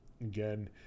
again